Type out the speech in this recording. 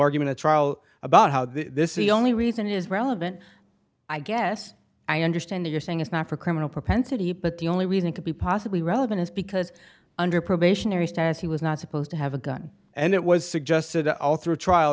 argument at trial about how this is the only reason it is relevant i guess i understand you're saying it's not for criminal propensity but the only reason to be possibly relevant is because under probationary status he was not supposed to have a gun and it was suggested at all through trial